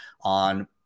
on